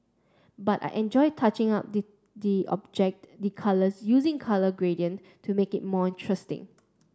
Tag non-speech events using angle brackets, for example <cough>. but I enjoy touching up <unintelligible> the object the colour using colour gradient to make it more interesting